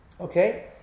Okay